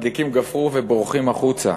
מדליקים גפרור ובורחים החוצה.